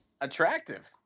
Attractive